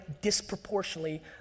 disproportionately